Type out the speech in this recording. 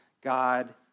God